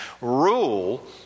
rule